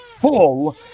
full